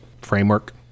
framework